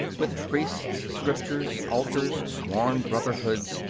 with priests, scriptures, altars, sworn brotherhoods,